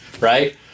Right